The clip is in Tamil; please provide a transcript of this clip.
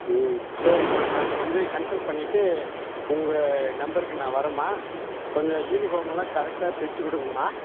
ம் சரிம்மா நான் வந்து கன்சல்ட் பண்ணிவிட்டு உங்கள் நம்பருக்கு நான் வர்றேம்மா கொஞ்சம் யூனிஃபார்ம் எல்லாம் கரெக்டாக தைச்சி கொடுங்கம்மா